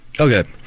Okay